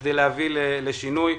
בכדי להביא לשינוי.